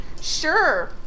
Sure